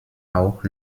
auch